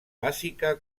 bàsica